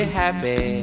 happy